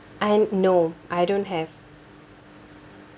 uh no I don't have